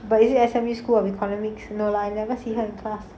but is it S_M_U school of economics no lah I never see her in class